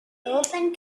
open